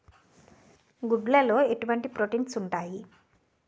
గుడ్లు లో ఎటువంటి ప్రోటీన్స్ ఉంటాయి?